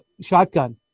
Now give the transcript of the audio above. shotgun